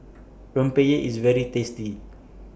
Rempeyek IS very tasty